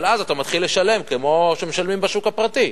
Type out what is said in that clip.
אבל אז אתה מתחיל לשלם כמו שמשלמים בשוק הפרטי.